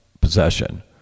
possession